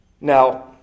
Now